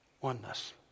Oneness